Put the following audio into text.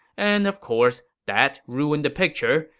and of course, that ruined the picture,